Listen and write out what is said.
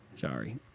Sorry